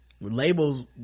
labels